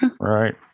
Right